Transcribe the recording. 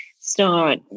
start